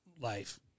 life